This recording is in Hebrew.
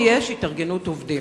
שיש בו התארגנות עובדים.